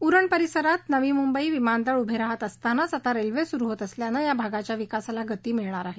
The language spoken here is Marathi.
उरण परिसरात नवी मुंबई विमानतळ उभे राहात असतानाच आता रेल्वे सुरू होत असल्यानं या भागाच्या विकासाला गती मिळणार आहे